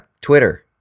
twitter